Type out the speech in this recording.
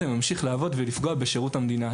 ממשיך לעבוד ולפגוע בשירות המדינה.